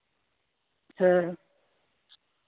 ᱦᱮᱸ